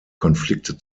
konflikte